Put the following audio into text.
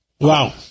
Wow